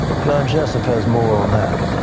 john jessup has more on that.